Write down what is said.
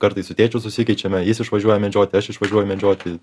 kartais su tėčiu susikeičiame jis išvažiuoja medžioti aš išvažiuoju medžioti